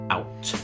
Out